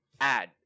add